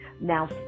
now